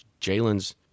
Jalen's